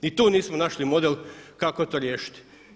Ni tu nismo našli model kako to riješiti.